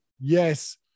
yes